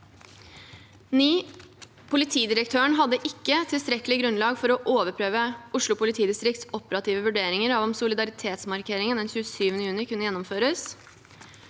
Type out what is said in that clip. Politidirektøren hadde ikke tilstrekkelig grunnlag for å overprøve Oslo politidistrikts operative vurderinger av om solidaritetsmarkeringen den 27. juni kunne gjennomføres.